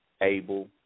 Able